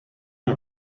are